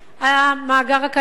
המאגר הקיים,